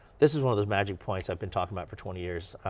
this is one of those magic points i've been talking about for twenty years.